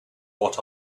what